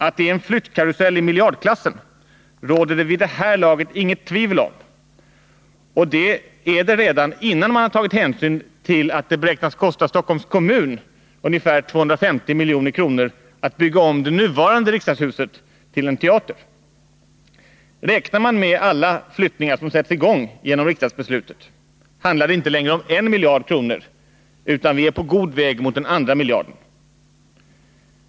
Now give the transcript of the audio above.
Att det är en flyttkarusell i miljardklassen råder det vid det här laget inget tvivel om, och det är det redan innan man tagit hänsyn till att det beräknas kosta Stockholms kommun ungefär 250 milj.kr. att bygga om det nuvarande riksdagshuset till en teater. Räknar man med alla flyttningar som sätts i gång genom riksdagsbeslutet, handlar det inte längre om en miljard, utan vi är på god väg mot den andra miljarden.